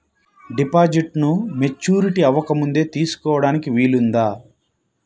డిపాజిట్ను మెచ్యూరిటీ అవ్వకముందే తీసుకోటానికి వీలుందా?